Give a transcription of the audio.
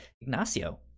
Ignacio